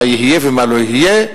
מה יהיה ומה לא יהיה,